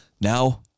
now